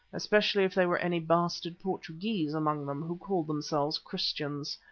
especially if there were any bastard portuguese among them who called themselves christians.